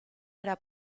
era